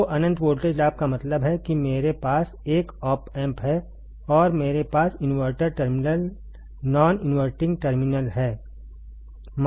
तो अनंत वोल्टेज लाभ का मतलब है कि मेरे पास एक ऑप एम्प है और मेरे पास inverter terminal non inverting terminal है